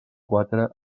quatre